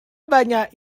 banyak